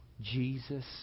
Jesus